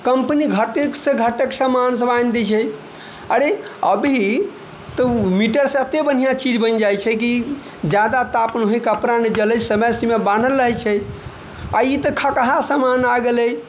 company घाटे के घाटे समान सब आनि दै छै अरे अभी तऽ हीटरसब एते बढ़िऑं चीज बनि जाइ छै की जादा तापमान होइ कपड़ा ना जलै समय सीमा बाँहल रहै छै आ ई तऽ खटहा समान आ गेलै